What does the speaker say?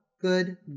Good